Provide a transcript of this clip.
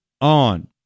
on